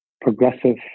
progressive